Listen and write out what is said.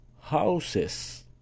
houses